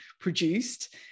produced